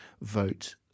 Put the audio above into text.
vote